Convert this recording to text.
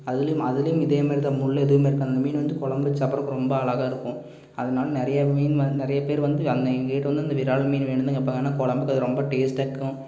அதிலயும் அதிலயும் இதேமாதிரி தான் முள் எதுவுமே இருக்காது அந்த மீன் வந்து குழம்பு வச்சு சாப்பிடுறதுக்கு ரொம்ப அழகாக இருக்கும் அதனால் நிறைய மீன் நிறைய பேர் வந்து எங்ககிட்ட வந்து அந்த விரால் மீன் வேணும்னு தான் கேட்பாங்க ஏன்னா குழம்புக்கு அது ரொம்ப டேஸ்ட்டாக இருக்கும்